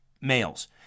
males